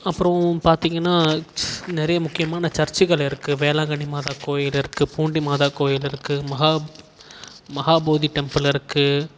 அப்புறம் பார்த்தீங்கன்னா ஸ் நிறைய முக்கியமான சர்ச்சுகள் இருக்குது வேளாங்கண்ணி மாதா கோயில் இருக்குது பூண்டி மாதா கோயில் இருக்குது மஹா மஹாபோதி டெம்பிள் இருக்குது